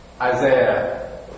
Isaiah